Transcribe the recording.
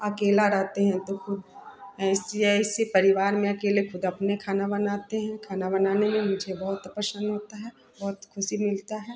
अकेले रहते हैं तो खुद ऐसे ऐसे परिवार में अकेले खुद अपने लिए खाना बनाते हैं खाना बनाने में मुझे बहुत प्रसन्न होता है बहुत ख़ुशी मिलती है